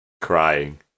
crying